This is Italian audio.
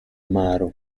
amaro